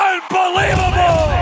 Unbelievable